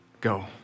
go